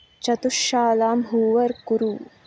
चतुश्शालां hoover कुरु